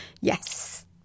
Yes